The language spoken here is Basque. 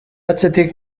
atzetik